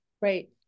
Right